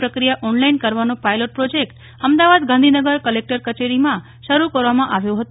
પ્રક્રિયા ઓનલાઈન કરવાનો pilot project Ahmedabad Gandhinagar collector કચેરીમાં શરૂ કરવામાં આવ્યો હતો